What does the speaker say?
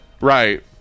Right